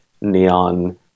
Neon